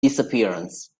disappearance